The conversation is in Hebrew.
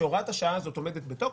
שהוראת השעה הזאת עומדת בתוקף,